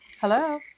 Hello